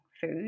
food